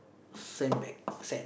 send back send